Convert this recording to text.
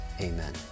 amen